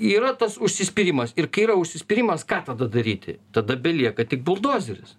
yra tas užsispyrimas ir kai yra užsispyrimas ką tada daryti tada belieka tik buldozeris